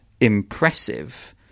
impressive